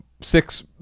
six